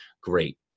Great